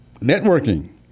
networking